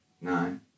nine